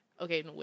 okay